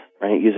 right